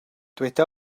dyweda